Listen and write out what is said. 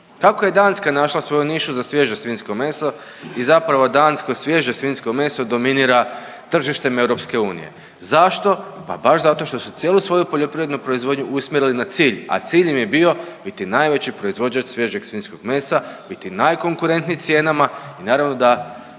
Kako je Danska našla svoju nišu za svježe svinjsko meso i zapravo dansko svježe svinjsko meso dominira tržištem EU. Zašto? Pa baš zato što su cijelu svoju poljoprivrednu proizvodnju usmjerili na cilj, a cilj im je bio biti najveći proizvođač svježeg svinjskog mesa, biti najkonkurentniji cijenama i naravno da